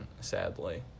sadly